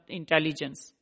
intelligence